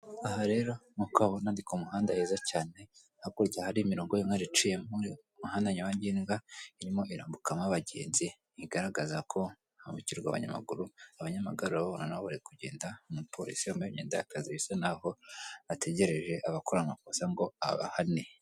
Aha rero nkuko uhabona ni ku muhanda heza cyane hakurya hari imirongo inka yaciye mu muhanda nyabagendwa, irimo irambukamo abagenzi igaragaza ko hambukirwa abanyamaguru, abanyamagare urababona nabo bari kugenda, umupolisi wambaye imyenda y'akazi bisa naho ategereje abakora amakosa ngo abahane.